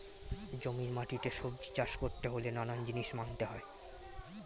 জমির মাটিতে সবজি চাষ করতে হলে নানান জিনিস মানতে হয়